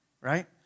right